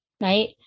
Right